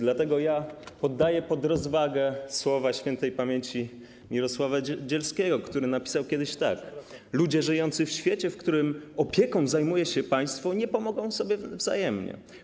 Dlatego poddaję pod rozwagę słowa śp. Mirosława Dzielskiego, który napisał kiedyś tak: Ludzie żyjący w świecie, w którym opieką zajmuje się państwo, nie pomogą sobie wzajemnie.